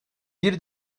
bir